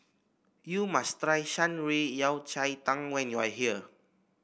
you must try Shan Rui Yao Cai Tang when you are here